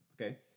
Okay